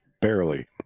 Barely